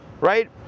right